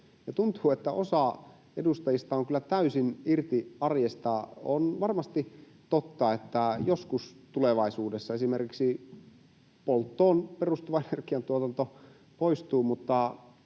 tuntuu, että osa edustajista on kyllä täysin irti arjesta. On varmasti totta, että joskus tulevaisuudessa esimerkiksi polttoon perustuva energiantuotanto poistuu,